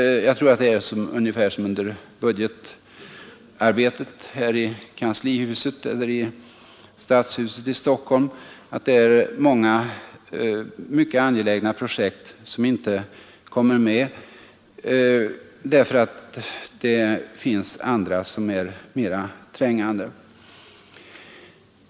Jag tror att det är ungefär som under budgetarbetet i kanslihuset eller i stadshuset i Stockholm, alltså att det är många mycket angelägna projekt som inte kommer med därför att det finns andra som är ännu mera trängande.